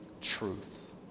truth